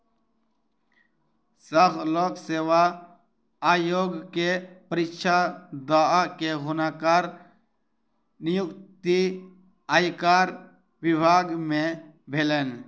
संघ लोक सेवा आयोग के परीक्षा दअ के हुनकर नियुक्ति आयकर विभाग में भेलैन